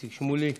איציק שמולי.